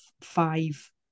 five